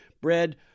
bread